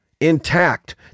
intact